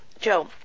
Joe